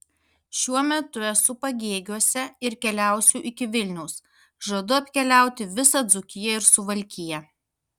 šiuo metu esu pagėgiuose ir keliausiu iki vilniaus žadu apkeliauti visą dzūkiją ir suvalkiją